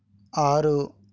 ఆరు